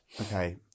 Okay